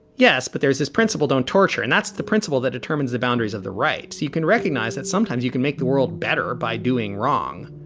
yes, but there's this principle, don't torture. and that's the principle that determines the boundaries of the right. so you can recognize that sometimes you can make the world better by doing wrong.